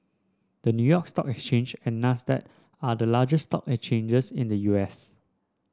the New York Stock Exchange and Nasdaq are the largest stock exchanges in the U S